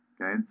okay